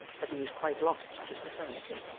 that he was quite lost to society,